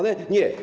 Nie.